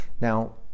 Now